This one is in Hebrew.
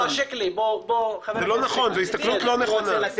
זו הסתכלות לא נכונה.